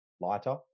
lighter